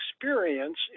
experience